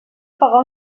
pagar